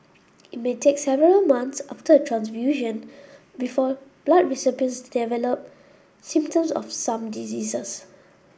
it may take several months after a transfusion before blood recipients develop symptoms of some diseases